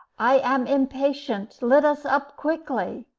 i am impatient let us up quickly.